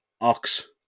Ox